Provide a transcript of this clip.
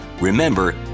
remember